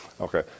Okay